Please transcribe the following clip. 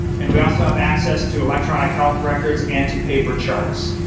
and we also have access to electronic health records and to paper charts.